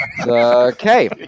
Okay